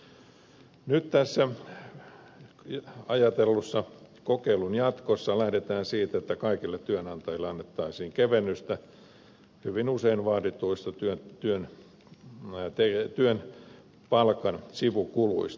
nyt tässä ajatellussa kokeilun jatkossa lähdetään siitä että kaikille työnantajille annettaisiin kevennystä hyvin usein vaadituista työn palkan sivukuluista